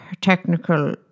Technical